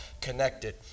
connected